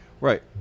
Right